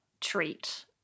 treat